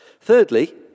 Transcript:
Thirdly